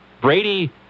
Brady